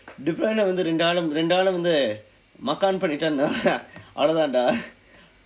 defender வந்து இரண்டு ஆள் இரண்டு ஆளை வந்து:vanthu irandu aal irandu aalai vanthu makan பண்ணிட்டான்:pannittaan dah அவ்வளவுதான்:avvalvuthaan dah